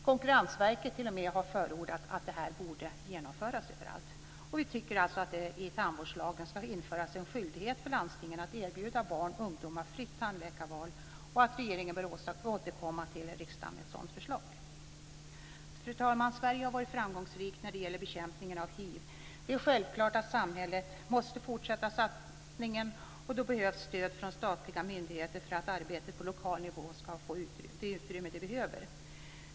Konkurrensverket, t.o.m., har förordat att detta borde genomföras. Vi tycker att det i tandvårdslagen bör införas en skyldighet för landstingen att erbjuda barn och ungdomar fritt tandläkarval och att regeringen bör återkomma till riksdagen med ett sådant förslag. Fru talman! Sverige har varit framgångsrikt när det gäller bekämpningen av hiv. Det är självklart att samhället måste fortsätta satsningen, och då behövs stöd från statliga myndigheter för att arbetet på lokal nivå ska få det utrymme det behöver.